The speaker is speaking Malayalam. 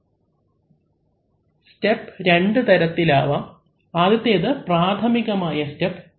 അവലംബിക്കുന്ന സ്ലൈഡ് സമയം 0539 സ്റ്റെപ് രണ്ട് തരത്തിൽ ആവാം ആദ്യത്തേത് പ്രാഥമികമായ സ്റ്റെപ്